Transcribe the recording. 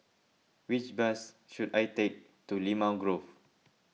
which bus should I take to Limau Grove